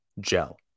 gel